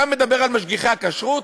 אתה מדבר על משגיחי הכשרות?